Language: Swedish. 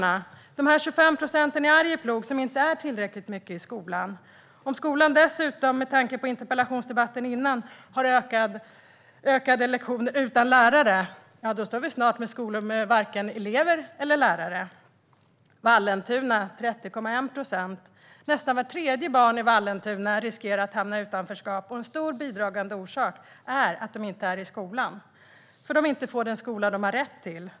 Jag talar om de 25 procenten i Arjeplog som inte är tillräckligt mycket i skolan. Om skolan dessutom - vi kan tänka på den föregående interpellationsdebatten - har ett ökat antal lektioner utan lärare står vi snart med skolor utan vare sig elever eller lärare. För Vallentuna är siffran 30,1 procent. Nästan vart tredje barn i Vallentuna riskerar att hamna i utanförskap, och en viktig bidragande orsak är att de inte är i skolan. De får inte den skola de har rätt till.